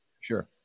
Sure